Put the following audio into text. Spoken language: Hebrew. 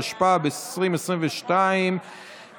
התשפ"ב 2022,